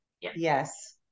yes